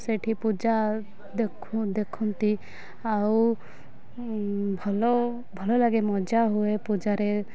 ସେଇଠି ପୂଜା ଦେଖନ୍ତି ଆଉ ଭଲ ଭଲ ଲାଗେ ମଜା ହୁଏ ପୂଜାରେ